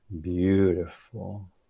beautiful